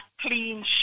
clean